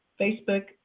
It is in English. Facebook